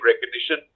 recognition